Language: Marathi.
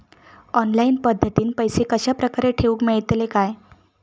ऑनलाइन पद्धतीन पैसे कश्या प्रकारे ठेऊक मेळतले काय?